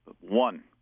one